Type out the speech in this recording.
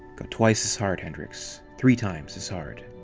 go twice as hard, hendricks. three times as hard.